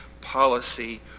policy